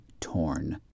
torn